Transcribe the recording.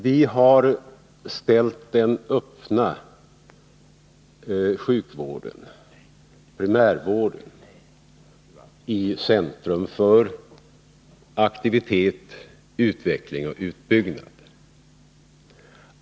Vi har ställt den öppna sjukvården i centrum för aktivitet, utveckling och utbyggnad.